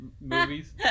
movies